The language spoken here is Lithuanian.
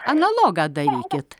analogą darykit